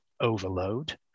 overload